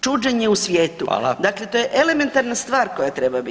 Čuđenje u svijetu [[Upadica Radin: Hvala.]] Dakle to je elementarna stvar koja treba biti.